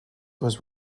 was